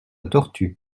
tortue